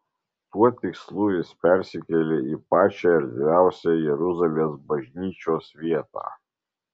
tuo tikslu jis persikėlė į pačią erdviausią jeruzalės bažnyčios vietą